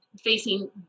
facing